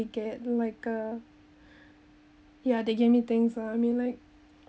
get like a ya they give me things uh I mean like